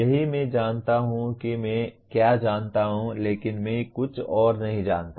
यही मैं जानता हूं कि मैं क्या जानता हूं लेकिन मैं कुछ और नहीं जानता